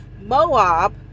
Moab